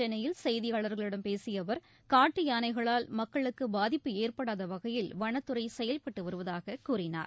சென்னையில் செய்தியாளர்களிடம் பேசிய அவர் காட்டு யானைகளால் மக்களுக்கு பாதிப்பு ஏற்படாத வகையில் வனத்துறை செயல்பட்டு வருவதாக கூறினார்